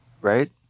right